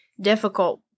difficult